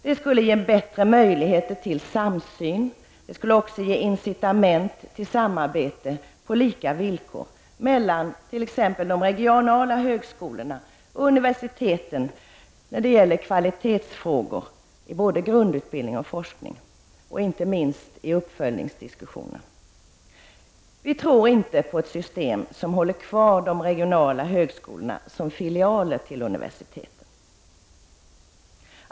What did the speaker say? Det ger bättre möjligheter till samsyn och incitament till samarbete på lika villkor, t.ex. mellan de regionala högskolorna och universiteten vad gäller kvalitetsfrågor i både grundutbildningar och forskning och inte minst i uppföljningsdiskussioner. Vi tror inte på ett system som håller kvar de regionala högskolorna som filialer till universiteten.